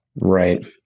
Right